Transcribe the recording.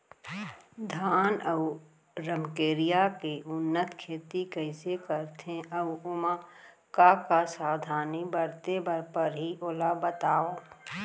धान अऊ रमकेरिया के उन्नत खेती कइसे करथे अऊ ओमा का का सावधानी बरते बर परहि ओला बतावव?